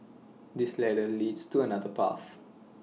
this ladder leads to another path